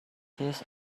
his